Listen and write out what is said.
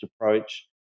approach